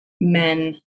men